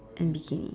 and bikini